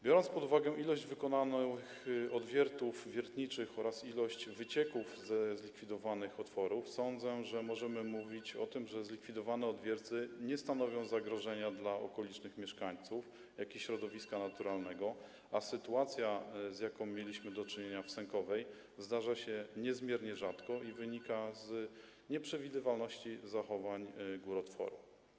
Biorąc pod uwagę ilość wykonanych odwiertów wiertniczych oraz ilość wycieków ze zlikwidowanych otworów, sądzę, że możemy mówić o tym, że zlikwidowane odwierty nie stanowią zagrożenia dla okolicznych mieszkańców, jak i środowiska naturalnego, a sytuacja, z jaką mieliśmy do czynienia w Sękowej, zdarza się niezmiernie rzadko i wynika z nieprzewidywalności zachowań górotworu.